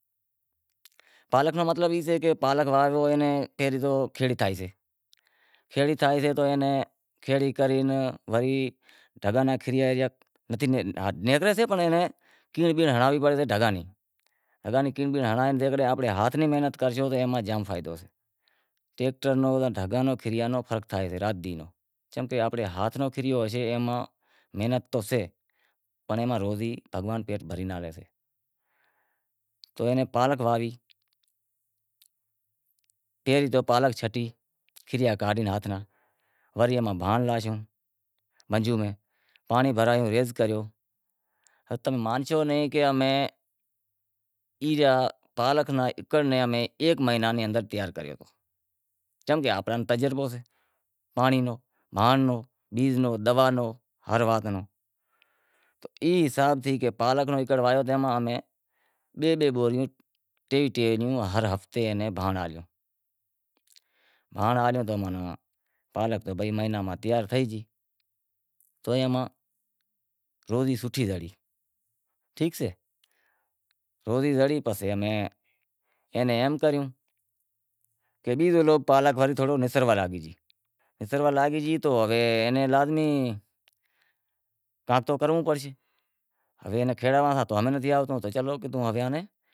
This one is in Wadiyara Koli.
ویہہ ہزار روپیا ڈاریک مقاطو راشیو تو بئے سال سیڑ وری زمیندار پھری گیو زمیندار پھری گیو تو کہ پھٹی نیں لادہی اماری کنڑنک جے سال بئے ہزار یارانہں ری بوڈ آوے، اے ماں پھوٹی واہول ہتی تو ہوے ماں رے ڈیوا ہر مینے ماناں پنجاہ ہزار وارو سائیں مہینے مہینے ہالوا بارہیں مہینے چھ لاکھ روپیا ڈیوا تو ام مانڑاں بھگا زاوے تو زمیندار ڈیکرو امارو شوں کریو کہ ماں رے بنی پانڑ راکھوں سوں، ایم کرے کرے اماں رے بنی میہکائنڑ رے چکر ماں تو پسے میں وات کری ماما نیں کہ وات ہانبھڑ ماما آنپڑی بنی رو مقاطو راکھو چیوا حساب تھیں شروع میں چار ہزار تھیں ہتی وڑے ہات ہزار سیں کری وڑے چمکہ آنپڑو باپ ڈاڈاں ری خرید سے آپاں نیں واراں میں نتھی آوتی تو آپاں نیں راکھنڑی ئی نتھی اتا رے مامو کہے ہلو بھائی میرپور میں امیں سبزی واہوشاں بھاجی واہوشاں، تو بھاجی ننو تجربو سے سبزی نو تو کہے آوی میں تو واہوی پالک